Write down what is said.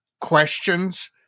questions